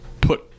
put